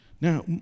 Now